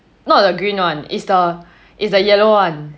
not the green one is the is the yellow one